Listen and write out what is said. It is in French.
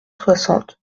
soixante